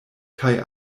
kaj